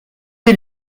est